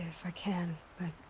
if i can, but.